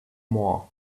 more